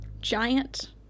giant